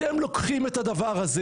אתם לוקחים את הדבר הזה,